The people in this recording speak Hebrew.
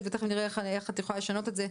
ותיכף נראה איך את יכולה לשנות את זה,